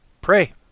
pray